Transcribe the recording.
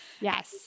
Yes